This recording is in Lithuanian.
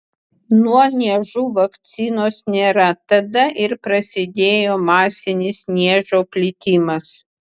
nuo niežų vakcinos nėra tada ir prasidėjo masinis niežo plitimas